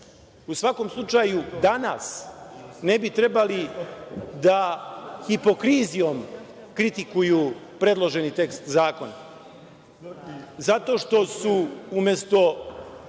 u svakom slučaju, danas ne bi trebali da hipokriziom kritikuju predloženi tekst zakona zato što su umesto